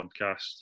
podcast